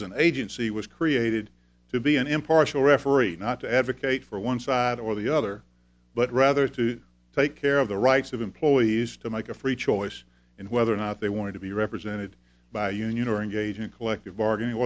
as an agency was created to be an impartial referee not to advocate for one side or the other but rather to take care of the rights of employees to make a free choice in whether or not they want to be represented by a union or engage in collective bargaining